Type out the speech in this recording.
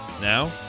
Now